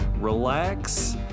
relax